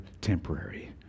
temporary